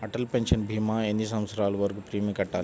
Atal pension భీమా ఎన్ని సంవత్సరాలు వరకు ప్రీమియం కట్టాలి?